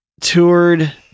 toured